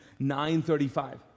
9.35